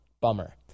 Bummer